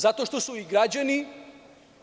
Zato što su i građani